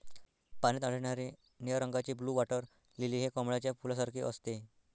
पाण्यात आढळणारे निळ्या रंगाचे ब्लू वॉटर लिली हे कमळाच्या फुलासारखे असते